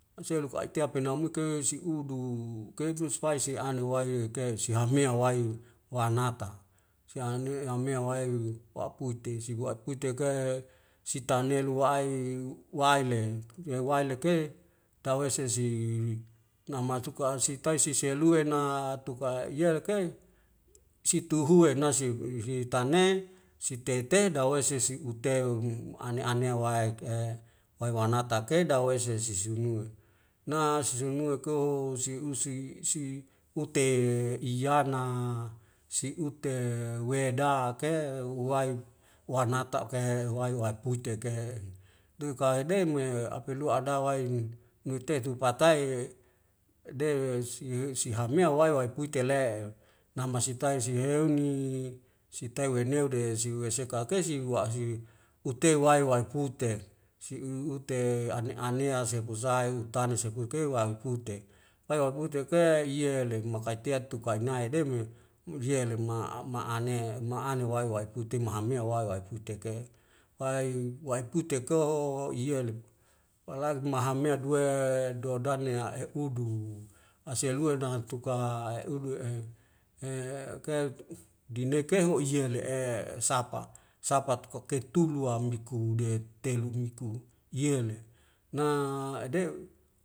An seluk aitie penamuike si'udu keitus pae seanu wae kea si hamae wai wanata siane amea wae wapuite siboit akuiteke sitane lu ai waile waile ke tawei sesi namatuka sitaisi siselue na tuka iyelekei situhue nasip i i sitane sitei tei dawei sisi uteum ane anea waek e wae wanata ke dawei se su sunyiwe na sesemua koho siusi si ute yana siute wedak ke uwae warna tauk ke huwae wae pui teke due kaebei moe apelua ada wain nuwitea tu pakai de si sihamea wae wae puitele'e namasitai siheuni sitai weuneu de siweseka akei si wa'asi uteu wai wai puter si u u ute ane anea sifusae utane sekukew wa alepute pai wakute ke yelem mai kaitiat tukai nai' deme muleye lema a'u a ma'ane e ma'ane wae wae pute mahamea wae wae putek ke wae wae putek kooooo yelup palagi mahamea duwe doadarlinea na eh udu aselua dahan tuka ae udu dineke ho;o yele'e sapa sapa tukaketu lua miku die telu miku yele na edew